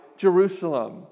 Jerusalem